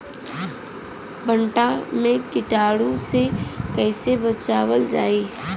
भनटा मे कीटाणु से कईसे बचावल जाई?